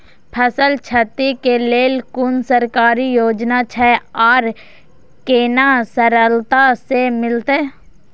फसल छति के लेल कुन सरकारी योजना छै आर केना सरलता से मिलते?